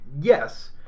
yes